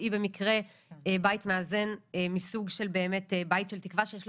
היא במקרה בית מאזן מסוג של בית של תקווה שיש לה